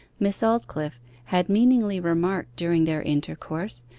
miss aldclyffe had meaningly remarked during their intercourse,